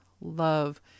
love